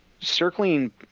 circling